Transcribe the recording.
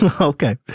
Okay